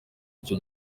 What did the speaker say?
icyo